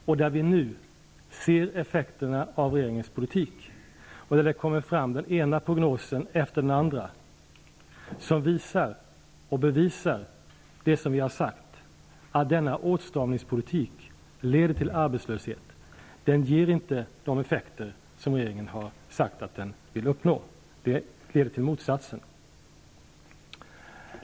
Vi ser nu effekterna av regeringens politik, där den ena prognosen efter den andra kommer som visar och bevisar det vi har sagt, dvs. att denna åtstramningspolitik leder till arbetslöshet. Den ger inte de effekter som regeringen har sagt att den vill uppnå, utan den leder till motsatsen.